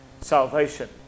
salvation